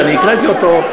שאני הקראתי אותו,